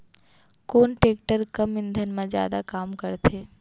कोन टेकटर कम ईंधन मा जादा काम करथे?